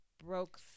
broke